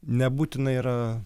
nebūtina yra